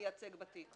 למייצג בתיק.